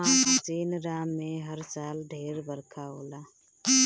मासिनराम में हर साल ढेर बरखा होला